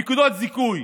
נקודות זיכוי,